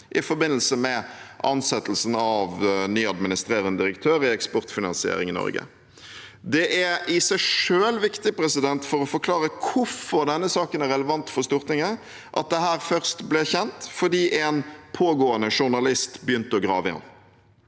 i forbindelse med ansettelsen av ny administrerende direktør i Eksportfinansiering Norge. Det er i seg selv viktig for å forklare hvorfor denne saken er relevant for Stortinget, at dette først ble kjent fordi en pågående journalist begynte å grave i den.